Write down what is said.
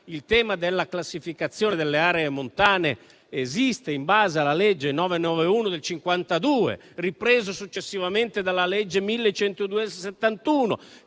Il tema della classificazione delle aree montane esiste in base alla legge n. 991 del 1952, ripresa successivamente dalla legge n.